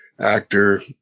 actor